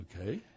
Okay